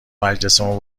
مجلسمون